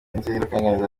inzirakarengane